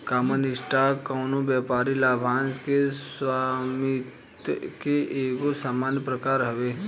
common stock कवनो व्यापारिक लाभांश के स्वामित्व के एगो सामान्य प्रकार हवे